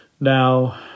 Now